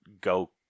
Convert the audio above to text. go